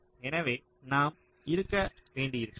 எனவே நாம் இருக்க வேண்டியிருக்கலாம்